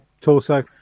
Torso